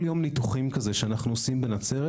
כל יום ניתוחים כזה שאנחנו עושים בנצרת,